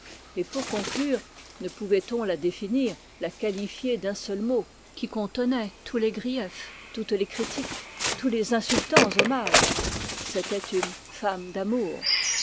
et pour conclure ne pouvait-on la définir la qualifier d'un mot qui contenait tous les griefs toutes les critiques tous les insultants hommages c'était une femme d'amour